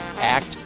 act